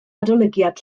adolygiad